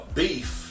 beef